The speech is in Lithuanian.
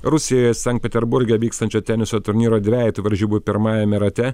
rusijoje sankt peterburge vykstančio teniso turnyro dvejetų varžybų pirmajame rate